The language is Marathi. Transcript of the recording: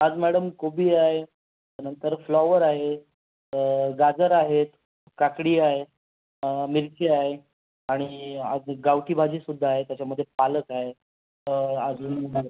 आज मॅडम कोबी आहे नंतर फ्लॉवर आहे गाजर आहेत काकडी आहे मिरची आहे आणि आज गावठी भाजीसुद्धा आहे त्याच्यामध्ये पालक आहे अजून